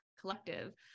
Collective